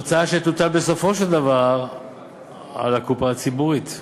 הוצאה שתוטל בסופו של דבר על הקופה הציבורית.